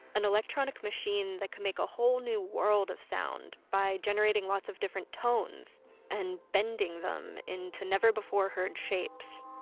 an electronic machine that can make a whole new world of sound by generating lots of different tones and bending them into never-before-heard shapes